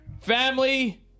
family